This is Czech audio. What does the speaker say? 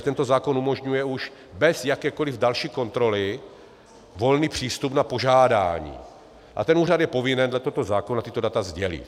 Tento zákon umožňuje už bez jakékoliv další kontroly volný přístup na požádání a ten úřad je povinen dle tohoto zákona tato data sdělit.